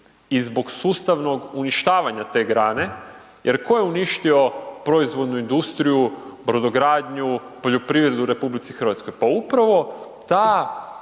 i zbog sustavnog uništavanja te grane. Jer tko je uništio proizvodnu industriju, brodogradnju, poljoprivredu u RH? Pa upravo ta